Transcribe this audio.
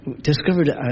discovered